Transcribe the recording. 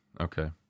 Okay